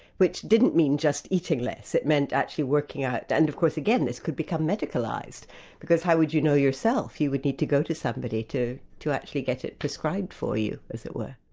which didn't mean just eating less, it meant actually working out and of course again this could become medicalised because how would you know yourself? you would need to go to somebody to to actually get it prescribed for you, as it were.